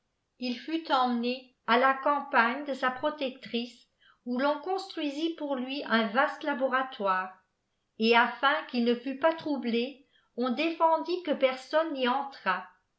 il fut emmené à la campagne de sa protectrice où rqnconstruisitl our lui un vaste laboratoire et afin qu'il ne fût pas troublé on aéfendit que personne n'y entrât